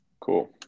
Cool